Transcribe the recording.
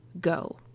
go